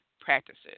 practices